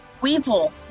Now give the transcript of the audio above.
Weevil